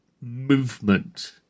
movement